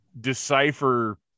decipher